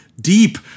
deep